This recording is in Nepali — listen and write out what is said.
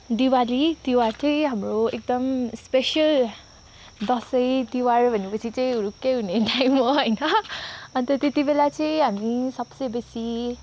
दिवाली तिहार चाहिँ हाम्रो एकदम स्पेसल दसैँ तिहार भनेपछि चाहिँ हुरुक्कै हुने टाइम हो होइन अन्त त्यति बेला चाहिँ हामी सबसे बेसी